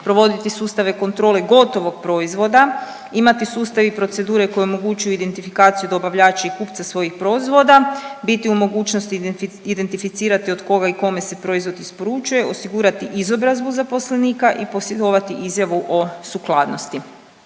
provoditi sustave kontrole gotovog proizvoda, imati sustav i procedure koje omogućuju identifikaciju dobavljači i kupca svojih proizvoda, biti u mogućnosti identificirati od koga i kome se proizvod isporučuje, osigurati izobrazbu zaposlenika i posjedovati izjavu o sukladnosti.